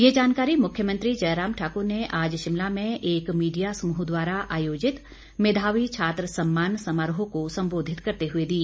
ये जानकारी मुख्यमंत्री जयराम ठाकर ने शिमला में एक मीडिया समूह द्वारा आयोजित मेधावी छात्र सम्मान समारोह को संबोधित करते हुए दी